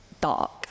dark